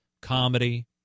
comedy